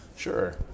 Sure